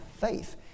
faith